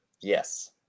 Yes